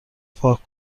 پاک